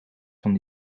van